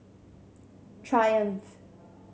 triumph